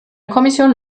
kommission